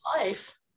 Life